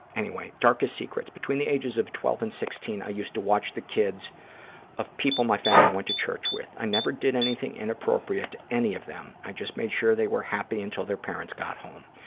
anyway. darkest secrets. between the ages of twelve and sixteen, i used to watch the kids of people my family went to church with. i never did anything inappropriate to any of them. i just made sure they were happy until their parents got home.